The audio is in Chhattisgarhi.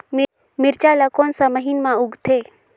मिरचा ला कोन सा महीन मां उगथे?